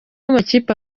amakipe